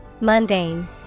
Mundane